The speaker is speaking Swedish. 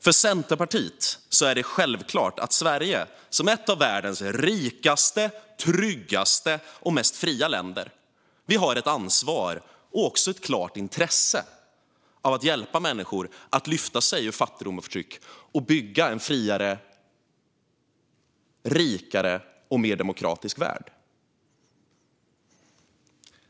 För Centerpartiet är det självklart att Sverige, som är ett av världens rikaste, tryggaste och mest fria länder, har ett ansvar och ett klart intresse av att hjälpa människor att lyfta sig ur fattigdom och förtryck och bygga en friare, rikare och mer demokratisk värld.